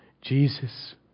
Jesus